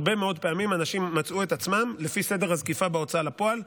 הרבה מאוד פעמים אנשים מצאו את עצמם לפי סדר הזקיפה בהוצאה לפועל,